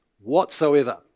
whatsoever